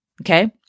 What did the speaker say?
okay